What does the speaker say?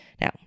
Now